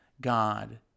God